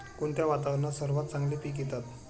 कोणत्या वातावरणात सर्वात चांगली पिके येतात?